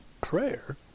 Prayer